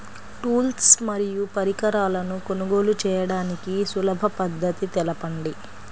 Tools మరియు పరికరాలను కొనుగోలు చేయడానికి సులభ పద్దతి తెలపండి?